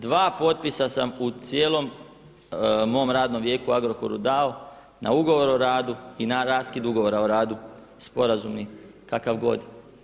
Dva potpisa sam u cijelom mom radnom vijeku u Agrokoru dao na ugovor o radu i na raskid ugovora o radu sporazumni, kakav god.